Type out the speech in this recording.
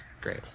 great